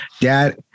Dad